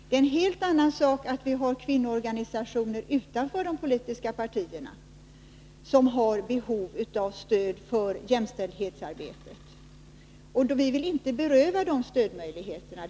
Det är en helt annan sak att vi utanför de politiska partierna har kvinnoorganisationer som har behov av stöd för jämställdhetsarbetet. Vi vill inte beröva dem de stödmöjligheterna.